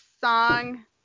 song